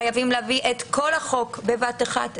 חייבים להביא את כל החוק בבת אחת,